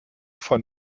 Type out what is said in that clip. von